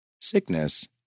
Sickness